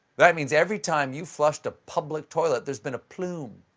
that means every time you've flushed a public toilet there's been a plume.